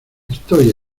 estoy